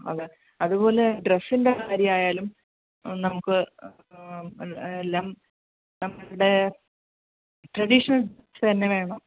അതെ അതുപോലെ ഡ്രെസ്സിൻറെ കാര്യമായാലും നമുക്ക് എല്ലാം നമ്മുടെ ട്രഡീഷണൽ ഡ്രസ്സ് തന്നെ വേണോ